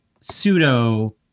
pseudo